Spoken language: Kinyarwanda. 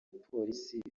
polisi